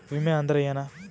ವಿಮೆ ಅಂದ್ರೆ ಏನ?